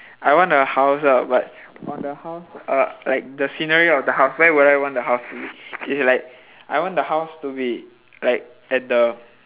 I want a house ah but on the house err like the scenery of the house where would I want the house to be it's like I want the house to be like at the